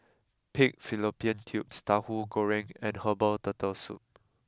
Pig Fallopian Tubes Tahu Goreng and Herbal Turtle Soup